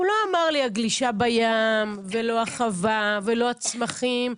הוא לא אמר לי הגלישה בים ולא החווה ולא הצמחים,